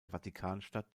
vatikanstadt